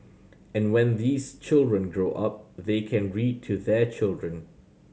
and when these children grow up they can read to their children